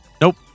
Nope